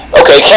okay